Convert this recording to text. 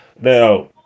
now